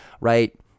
right